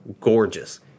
gorgeous